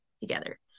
together